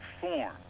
form